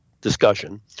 discussion